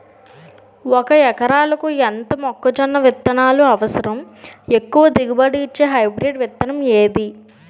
ఒక ఎకరాలకు ఎంత మొక్కజొన్న విత్తనాలు అవసరం? ఎక్కువ దిగుబడి ఇచ్చే హైబ్రిడ్ విత్తనం ఏది?